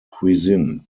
cuisine